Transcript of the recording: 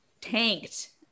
tanked